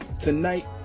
Tonight